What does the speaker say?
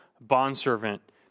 bondservant